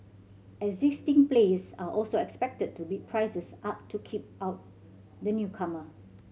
existing players are also expected to bid prices up to keep out the newcomer